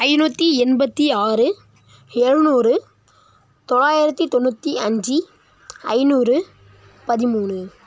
ஐநூற்றி எண்பத்தி ஆறு எழ்நூறு தொள்ளாயிரத்தி தொண்ணூற்றி அஞ்சு ஐநூறு பதிமூனு